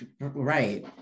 Right